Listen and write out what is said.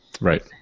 Right